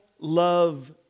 love